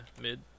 mid